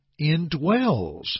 indwells